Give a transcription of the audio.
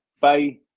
bye